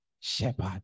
shepherd